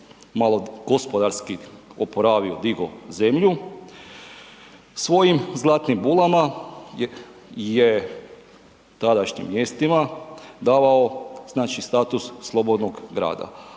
malo gospodarski oporavio, digo zemlju svojim zlatnim bulama je tadašnjim mjestima davao znači status slobodnog grada,